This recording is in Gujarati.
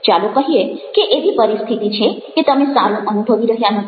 ચાલો કહીએ કે એવી પરિસ્થિતિ છે કે તમે સારું અનુભવી રહ્યા નથી